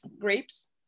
grapes